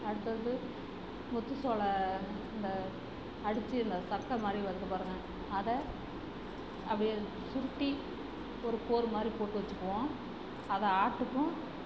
அடுத்தது முத்துசோள இந்த அடிச்சு இந்த சக்கை மாதிரி வருது பாருங்கள் அதை அப்படியே சுருட்டி ஒரு போர் மாதிரி போட்டு வச்சிக்குவோம் அதை ஆட்டுக்கும்